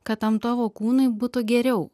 kad tam tavo kūnui būtų geriau